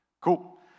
Cool